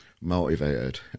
motivated